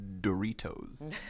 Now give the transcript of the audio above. Doritos